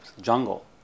Jungle